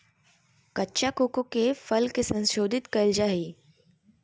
कच्चा कोको के फल के संशोधित कइल जा हइ